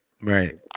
Right